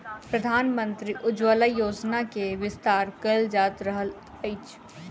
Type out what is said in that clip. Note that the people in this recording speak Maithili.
प्रधानमंत्री उज्ज्वला योजना के विस्तार कयल जा रहल अछि